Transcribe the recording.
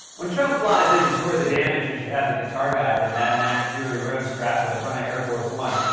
when trump flies in to tour the damage, he should have the guitar guy from mad max fury road strapped to the front of air force one.